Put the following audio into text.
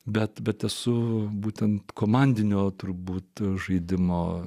bet bet esu būtent komandinio turbūt žaidimo